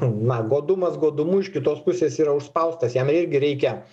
na godumas godumu iš kitos pusės yra užspaustas jam irgi reikia